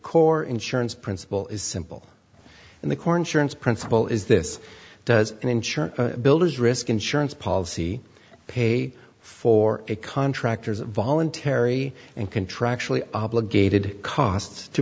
core insurance principle is simple and the corn surance principle is this does an insurance builder's risk insurance policy pay for it contractors are voluntary and contractually obligated cost to